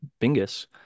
Bingus